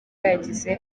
yagize